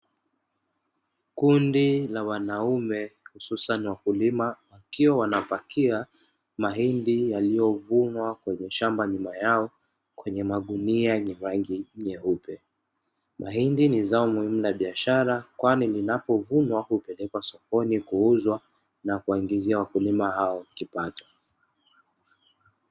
Kundi la wanaume hususani wakulima, wakiwa wanapakia mahindi yaliyovunwa nyuma yao kwenye magunia yenye rangi nyeupe. Mahindi ni zao muhimu la biashara, kwani linapovunwa hupelekwa sokoni kuuzwa na kuwaingiza wakulima hao kipato.